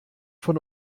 von